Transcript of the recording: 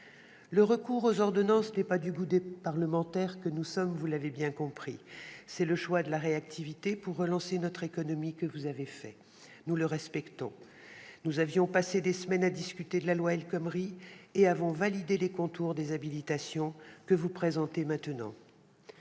Le recours aux ordonnances n'est pas du goût des parlementaires que nous sommes, vous l'avez bien compris, mais vous avez fait le choix de la réactivité pour relancer notre économie ; nous respectons ce choix. Nous avions passé des semaines à discuter de la loi El Khomri, et nous avons validé les contours des ordonnances que vous nous demandez maintenant